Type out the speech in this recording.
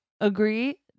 agree